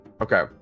Okay